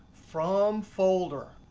from folder.